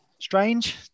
Strange